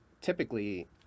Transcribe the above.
typically